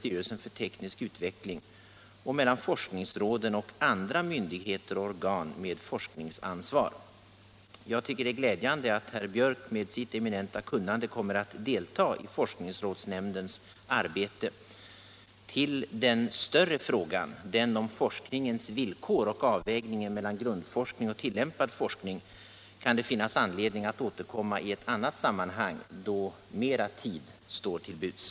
Styrelsen för teknisk utveckling, och mellan forskningsråden och andra myndigheter och organ med forskningsansvar. Jag tycker att det är glädjande att herr Biörck med sitt eminenta kunnande kommer att delta i forskningsrådsnämndens arbete. Till den större frågan om forskningens villkor och avvägningen mellan grundforskning och tillämpad forskning kan det finnas anledning att återkomma i ett annat sammanhang då mera tid står till buds.